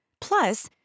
Plus